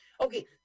Okay